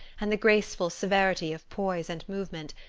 and the graceful severity of poise and movement,